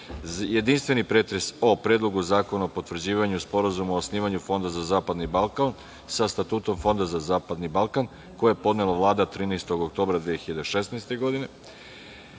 godine. Jedinstveni pretres o Predlogu zakona o potvrđivanju sporazuma o osnivanju fonda za zapadni Balkan sa statutom fonda za zapadni Balkan, koji je podnela Vlada 13. oktobra 2016.